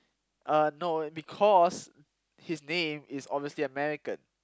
uh no because he's name is obviously American